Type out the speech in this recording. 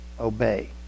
obey